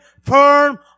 firm